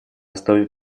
основе